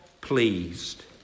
pleased